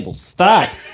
stop